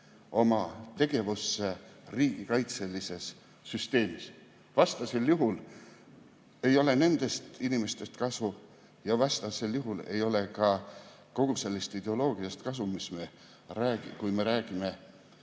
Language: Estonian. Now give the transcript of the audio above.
oma tegevusse riigikaitselises süsteemis. Vastasel juhul ei ole nendest inimestest kasu ja vastasel juhul ei ole ka kogu sellest ideoloogiast kasu, kui me räägime